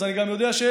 אז אני גם יודע שיש,